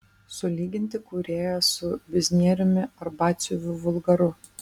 sulyginti kūrėją su biznieriumi ar batsiuviu vulgaru